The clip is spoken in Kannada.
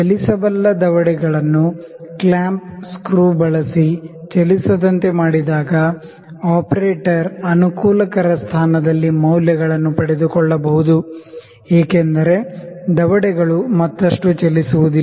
ಚಲಿಸಬಲ್ಲ ದವಡೆ ಗಳನ್ನು ಕ್ಲ್ಯಾಂಪ್ ಸ್ಕ್ರೂ ಬಳಸಿ ಚಲಿಸದಂತೆ ಮಾಡಿದಾಗ ಆಪರೇಟರ್ ಅನುಕೂಲಕರ ಸ್ಥಾನದಲ್ಲಿ ಮೌಲ್ಯಗಳನ್ನು ಪಡೆದುಕೊಳ್ಳಬಹುದು ಏಕೆಂದರೆ ದವಡೆಗಳು ಮತ್ತಷ್ಟು ಚಲಿಸುವುದಿಲ್ಲ